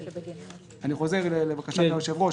אני חוזר לבקשת היושב-ראש,